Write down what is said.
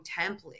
template